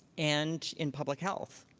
and in public health.